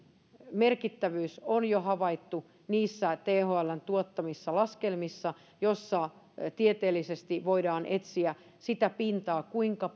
merkittävyys on jo havaittu niissä thln tuottamissa laskelmissa joissa tieteellisesti voidaan etsiä sitä pintaa kuinka